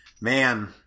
Man